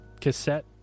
cassette